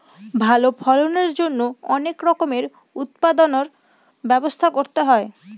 ভালো ফলনের জন্যে অনেক রকমের উৎপাদনর ব্যবস্থা করতে হয়